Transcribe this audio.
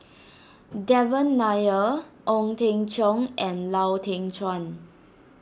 Devan Nair Ong Teng Cheong and Lau Teng Chuan